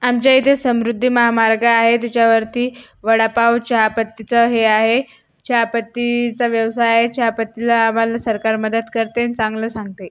आमच्या इथे समृद्धी महामार्ग आहे त्याच्यावरती वडापाव चहापत्तीचं हे आहे चहापत्तीचा व्यवसाय आहे चहापत्तीला आम्हाला सरकार मदत करते न् चांगलं सांगते